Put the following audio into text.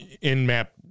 in-map